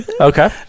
Okay